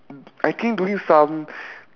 mm I think during some